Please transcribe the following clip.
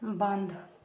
بنٛد